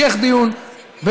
התשע"ח 2018,